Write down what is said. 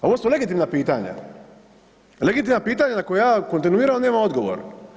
A ovo su legitimna pitanja, legitimna pitanja na koja kontinuirano nemam odgovor.